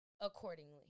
accordingly